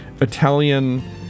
Italian